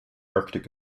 arctic